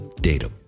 Data